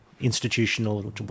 institutional